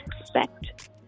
expect